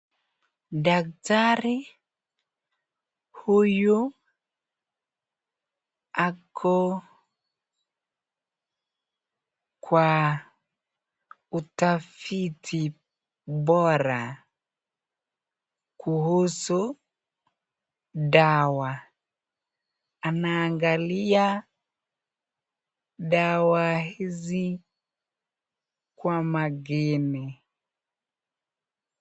Daktari huyu ako kwa utafiti bora kuhusu dawa anaangalia dawa hizi kwa makini.